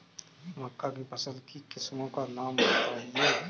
मक्का की फसल की किस्मों का नाम बताइये